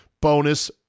bonus